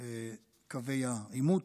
גם את קווי העימות.